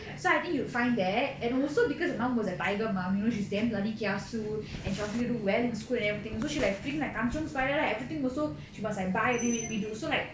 so I think you would find that and also because my mom was a tiger mom you know she's damn bloody kiasu and she wants you to do well in school and everything so she like being like kan cheong spider lah everything also she must like buy already made me do so like